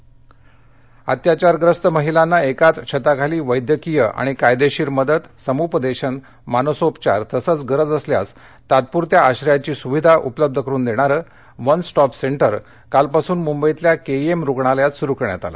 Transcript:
सुविधा अत्याचारग्रस्त महिलांना एकाच छताखाली वैद्यकीय आणि कायदेशीर मदत समुपदेशन मानसोपचार तसंच गरज असल्यास तात्पुरत्या आश्रयाची सुविधा उपलब्ध करुन देणारं वन स्टॉप सेंटर कालपासून मुंबईतल्या केईएम रुग्णालयात सुरु करण्यात आलं